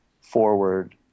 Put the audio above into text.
forward